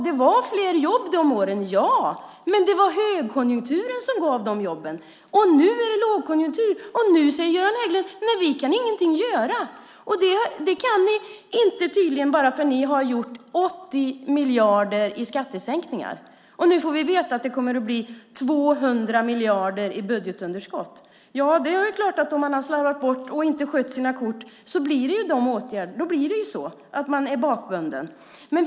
Det var fler jobb under de åren, ja, men det var högkonjunkturen som gav de jobben. Nu är det lågkonjunktur, och då säger Göran Hägglund att man ingenting kan göra. Det kan man inte eftersom man sänkt skatterna med 80 miljarder. Nu får vi veta att budgetunderskottet kommer att bli 200 miljarder. Om man slarvar och inte sköter sina kort är det klart att man blir bakbunden.